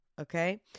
okay